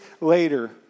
later